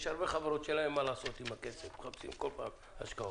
יש הרבה חברות שאין להן מה לעשות עם הכסף והן מחפשות כל פעם השקעות.